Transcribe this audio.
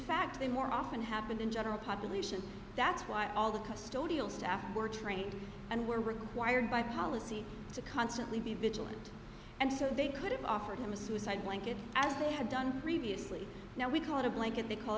fact they more often happened in general population that's why all the custodial staff were trained and were required by policy to constantly be vigilant and so they could have offered him a suicide blanket as they had done previously now we call it a blanket they call